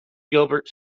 gilbert